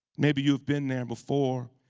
maybe you've been there before.